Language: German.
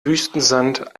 wüstensand